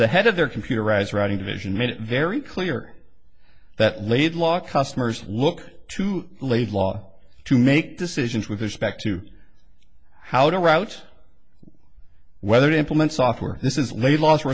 the head of their computerized writing division made it very clear that laidlaw customers look to laidlaw to make decisions with respect to how to route whether to implement software this is late last